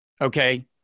Okay